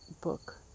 book